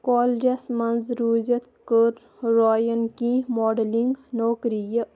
کالجس منٛز روٗزِتھ کٔر رایَن کیٚنٛہہ ماڈلِنٛگ نوکرِیہِ